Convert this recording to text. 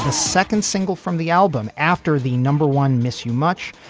ah second single from the album after the number one miss you much.